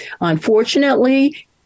Unfortunately